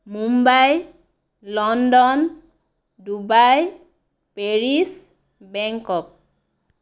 Mumbai London Dubai Paris Bangkok